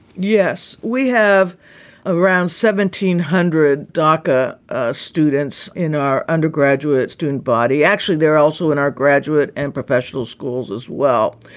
yes. we have around seventeen zero dacca ah students in our undergraduate student body. actually, they're also in our graduate and professional schools as well.